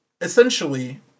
essentially